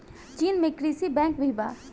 चीन में कृषि बैंक भी बा